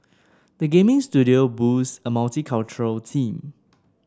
the gaming studio boasts a multicultural team